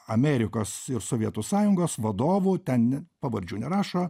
amerikos ir sovietų sąjungos vadovų ten pavardžių nerašo